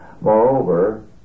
Moreover